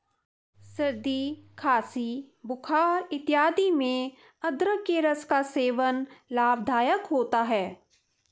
सर्दी खांसी बुखार इत्यादि में अदरक के रस का सेवन लाभदायक होता है